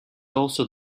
also